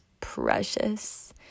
precious